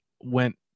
went